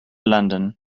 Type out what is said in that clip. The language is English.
london